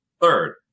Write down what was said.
third